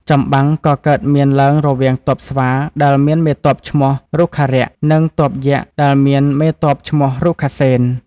ចម្បាំង ក៏កើតមានឡើងរវាងទ័ព ស្វាដែលមានមេទ័ពឈ្មោះ រុក្ខរក្ស និងទ័ពយក្សដែលមានមេទ័ពឈ្មោះ រុក្ខសេន។